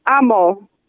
Amo